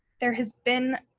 there has been,